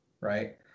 right